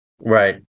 Right